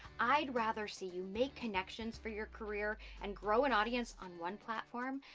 i'd rather see you make connections for your career, and grow an audience on one platform,